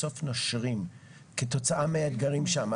בסוף נושרים כתוצאה מהאתגרים שם.